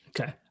okay